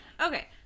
Okay